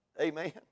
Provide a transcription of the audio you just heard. Amen